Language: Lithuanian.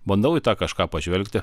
bandau į tą kažką pažvelgti